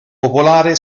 popolare